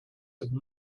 have